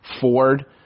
Ford